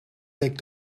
leek